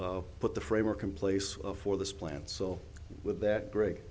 put the framework in place for this plan so with that great